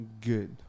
Good